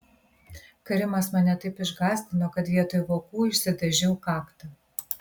karimas mane taip išgąsdino kad vietoj vokų išsidažiau kaktą